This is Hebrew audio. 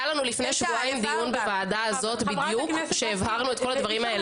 לפני שבועיים היה לנו דיון בוועדה הזאת והבהרנו את כל הדברים האלה.